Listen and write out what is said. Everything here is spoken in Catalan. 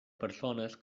persones